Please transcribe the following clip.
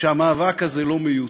שהמאבק הזה לא מיותם.